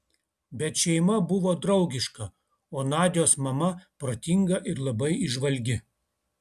bet šeima buvo draugiška o nadios mama protinga ir labai įžvalgi